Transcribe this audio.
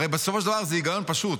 הרי בסופו של דבר זה הגיון פשוט.